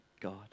God